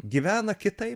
gyvena kitaip